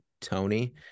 Tony